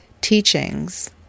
teachings